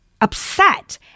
upset